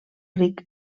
ric